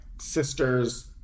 sister's